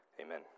Amen